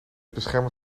beschermen